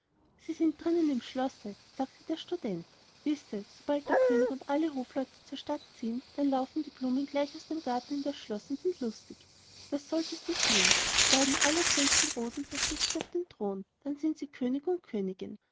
sie sind drinnen im schlosse sagte der student wisse sobald der könig und alle hofleute zur stadt ziehen dann laufen die blumen gleich aus dem garten in das schloß und sind lustig das solltest du sehen die beiden allerschönsten rosen setzen sich auf den thron und dann sind sie könig und königin